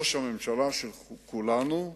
ראש הממשלה של כולנו.